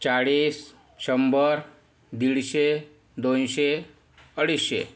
चाळीस शंभर दीडशे दोनशे अडीचशे